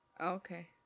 Okay